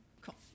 Cool